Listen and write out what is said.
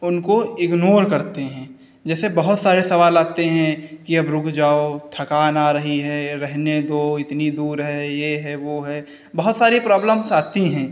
उनको इग्नोर करते हैं जैसे बहुत सारे सवाल आते हैं कि अब रुक जाओ थकान आ रही है या रहने दो इतनी दूर है ये है वो है बहुत सारी प्रॉब्लम्स आती हैं